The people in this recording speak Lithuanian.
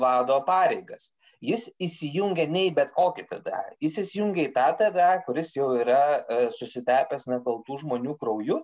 vado pareigas jis įsijungia ne į bet kokį tda jis įsijungią į tą tda kuris jau yra susitepęs nekaltų žmonių krauju